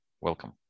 Welcome